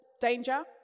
danger